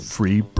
Free